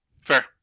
Fair